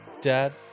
Dad